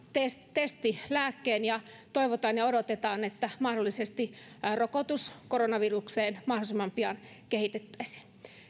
testilääkkeen ja toivotaan ja odotetaan että mahdollisesti rokotus koronavirukseen mahdollisimman pian kehitettäisiin